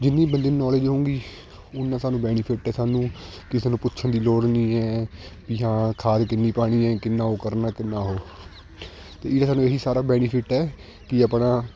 ਜਿੰਨੀ ਬੰਦੇ ਨੂੰ ਨੌਲੇਜ ਹੋਉਂਗੀ ਉੱਨਾ ਸਾਨੂੰ ਬੈਨੀਫਿਟ ਹੈ ਸਾਨੂੰ ਕਿਸੇ ਨੂੰ ਪੁੱਛਣ ਦੀ ਲੋੜ ਨਹੀਂ ਹੈ ਪੀ ਹਾਂ ਖਾਦ ਕਿੰਨੀ ਪਾਉਣੀ ਹੈ ਕਿੰਨਾ ਉਹ ਕਰਨਾ ਕਿੰਨਾ ਉਹ ਅਤੇ ਇਹਦਾ ਸਾਨੂੰ ਇਹ ਹੀ ਸਾਰਾ ਬੈਨੀਫਿਟ ਹੈ ਕਿ ਆਪਣਾ